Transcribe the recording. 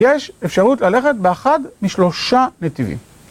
יש אפשרות ללכת באחד משלושה נתיבים.